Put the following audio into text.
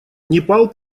непал